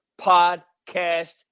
podcast